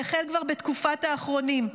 שהחל כבר בתקופת האחרונים,